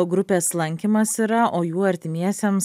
grupės lankymas yra o jų artimiesiems